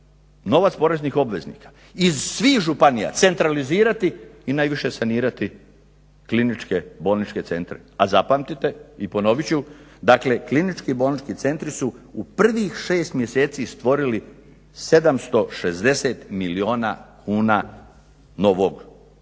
novac poreznih obveznika iz svih županija centralizirati i najviše sanirati kliničke bolničke centre. A zapamtite i ponovit ću. Dakle, klinički bolnički centri su u prvih 6 mjeseci stvorili 760 milijuna kuna novog